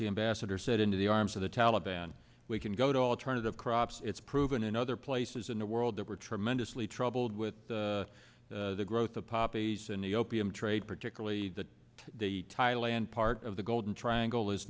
the ambassador said into the arms of the taliban we can go to alternative crops it's proven in other places in the world that we're tremendously troubled with the growth of poppies and the opium trade particularly that the thailand part of the golden triangle is